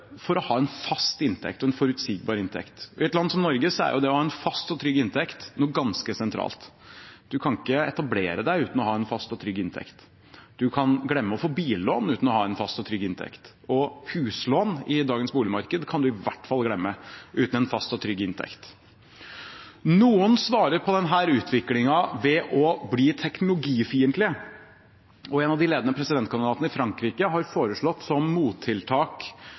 for å ha en fast inntekt og en forutsigbar inntekt. I et land som Norge er det å ha en fast og trygg inntekt ganske sentralt. En kan ikke etablere seg uten å ha en fast og trygg inntekt. En kan glemme å få billån uten å ha en fast og trygg inntekt. Huslån i dagens boligmarked kan en i hvert fall glemme uten en fast og trygg inntekt. Noen svarer på denne utviklingen ved å bli teknologifiendtlige. En av de ledende presidentkandidatene i Frankrike har foreslått som mottiltak